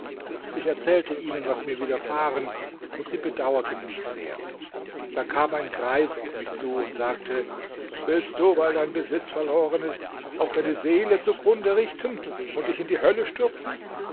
ich erzählte ihnen was mir widerfahren und sie bedauerten mich sehr dann kam ein greis auf mich zu und sagte willst du weil dein besitz verloren ist auch deine seele zugrunde richten und dich in die hölle stürzen